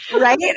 Right